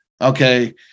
okay